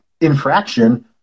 infraction